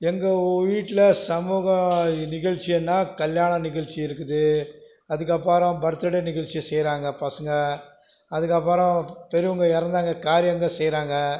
எங்கள் வீட்டில் சமூக நிகழ்ச்சினால் கல்யாண நிகழ்ச்சி இருக்குது அதுக்கப்புறம் பர்த் டே நிகழ்ச்சி செய்கிறாங்க பசங்க அதுக்கப்புறம் பெரியவங்க இறந்தாங்க காரியங்கள் செய்கிறாங்க